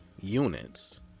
units